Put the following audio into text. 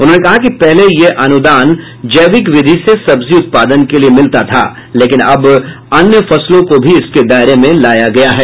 उन्होंने कहा कि पहले यह अनुदान जैविक विधि से सब्जी उत्पादन के लिये मिलता था लेकिन अब अन्य फसलों को भी इसके दायरे में लाया गया है